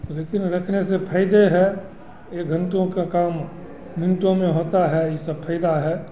लेकिन अगर ऐसे फायदे है के घंटों का काम मिनटों में होता है ये सब फायदा है